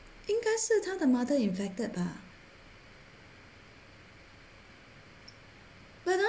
应该是他的 mother infected 吧